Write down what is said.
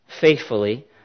faithfully